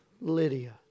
Lydia